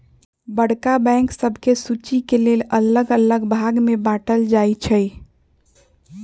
बड़का बैंक सभके सुचि के लेल अल्लग अल्लग भाग में बाटल जाइ छइ